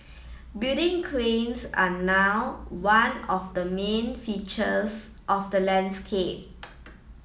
building cranes are now one of the main features of the landscape